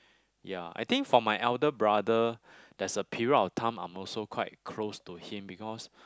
ya I think for my elder brother there's a period of time I'm also quite close to him because